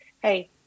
Hey